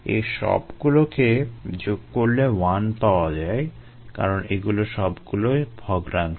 এই সবগুলোকে যোগ করলে 1 পাওয়া যায় কারণ এগুলো সবগুলোই ভগ্নাংশ